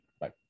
Bye